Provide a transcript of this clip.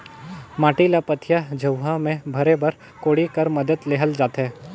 माटी ल पथिया, झउहा मे भरे बर कोड़ी कर मदेत लेहल जाथे